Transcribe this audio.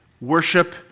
worship